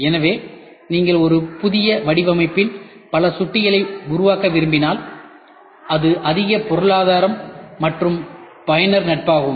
எனவே நீங்கள் ஒரு புதிய வடிவமைப்பின் பல சுட்டிகளை உருவாக்க விரும்பினால் அது அதிக பொருளாதார மற்றும் பயனர் நட்பாகும்